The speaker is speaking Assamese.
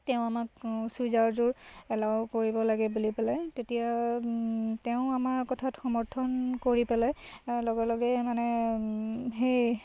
তেওঁ আমাক চুৰিজাৰযোৰ এলাউ কৰিব লাগে বুলি পেলাই তেতিয়া তেওঁ আমাৰ কথাত সমৰ্থন কৰি পেলাই লগে লগে মানে সেই